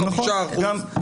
5% או 20%. נכון,